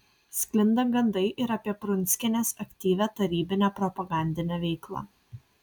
sklinda gandai ir apie prunskienės aktyvią tarybinę propagandinę veiklą